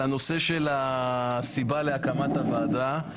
על הנושא של הסיבה להקמת הוועדה.